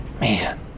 Man